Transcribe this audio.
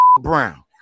brown